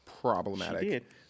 problematic